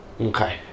Okay